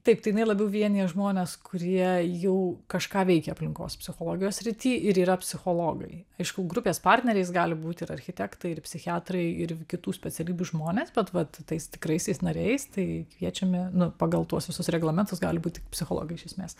taip tai jinai labiau vienija žmones kurie jau kažką veikia aplinkos psichologijos srity ir yra psichologai aišku grupės partneriais gali būti ir architektai ir psichiatrai ir kitų specialybių žmonės bet vat tais tikraisiais nariais tai kviečiame nu pagal tuos visus reglamentus gali būt tik psichologai iš esmės